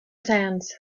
sands